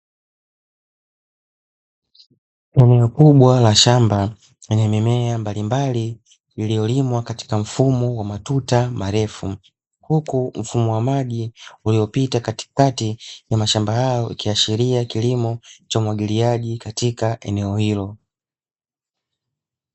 Eneo kubwa la shamba lenye mimea mbalimbali, iliyolimwa katika mfumo wa matuta marefu, huku mfumo wa maji uliopita katikati ya mashamba hayo, ukiashiria kilimo cha umwagiliaji katika eneo hilo.